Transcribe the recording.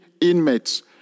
inmates